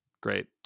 Great